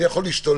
אני יכול להשתולל,